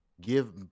give